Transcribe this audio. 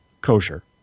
kosher